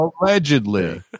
allegedly